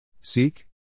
Seek